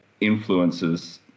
influences